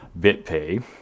BitPay